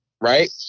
right